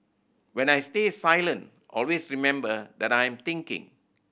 when I stay silent always remember that I'm thinking